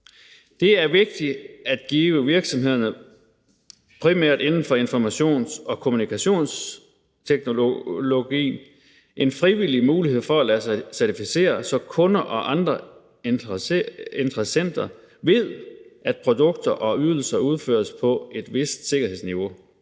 Det er vigtigt at give virksomhederne, primært inden for informations- og kommunikationsteknologi, en frivillig mulighed for at lade sig certificere, så kunder og andre interessenter ved, at produkter og ydelser udføres på et vist sikkerhedsniveau.